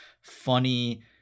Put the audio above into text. funny